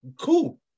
cool